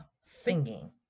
singing